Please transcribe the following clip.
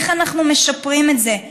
איך אנחנו משפרים את זה.